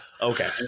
Okay